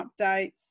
updates